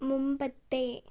മുമ്പത്തെ